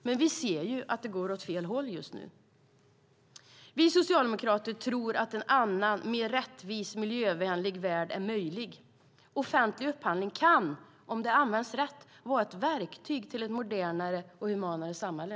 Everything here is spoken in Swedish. Men vi ser ju att det går åt fel håll just nu. Vi socialdemokrater tror att en annan, mer rättvis och miljövänlig värld är möjlig. Offentlig upphandling kan, om den används rätt, vara ett verktyg för ett modernare och humanare samhälle.